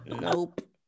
Nope